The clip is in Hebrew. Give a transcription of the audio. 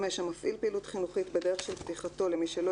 5. המפעיל פעילות חינוכית בדרך של פתיחתו למי שלא